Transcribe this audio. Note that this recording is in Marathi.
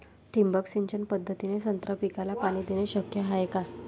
ठिबक सिंचन पद्धतीने संत्रा पिकाले पाणी देणे शक्य हाये का?